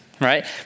Right